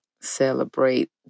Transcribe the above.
celebrate